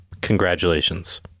Congratulations